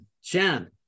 Shan